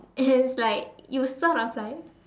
it's like you sort of like